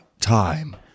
time